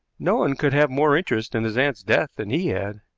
no one could have more interest in his aunt's death than he had.